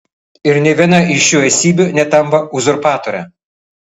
ir nė viena iš šių esybių netampa uzurpatore